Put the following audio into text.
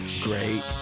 great